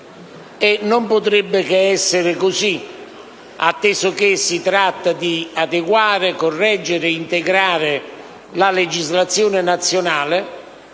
non potrebbe che essere così, atteso che si tratta di adeguare, correggere e integrare la legislazione nazionale